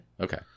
Okay